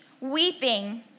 weeping